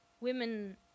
Women